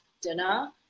dinner